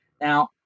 Now